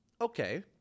Okay